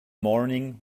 morning